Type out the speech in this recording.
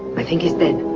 i think he's dead,